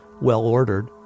well-ordered